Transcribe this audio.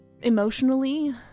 Emotionally